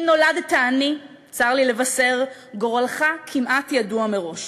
אם נולדת עני, צר לי לבשר, גורלך כמעט ידוע מראש.